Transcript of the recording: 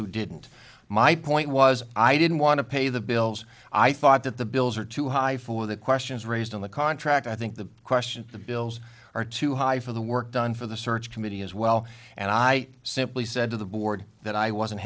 who didn't my point was i didn't want to pay the bills i thought that the bills are too high for the questions raised in the contract i think the question the bills are too high for the work done for the search committee as well and i simply said to the board that i wasn't